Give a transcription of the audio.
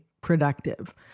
productive